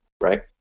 right